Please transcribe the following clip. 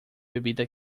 bebida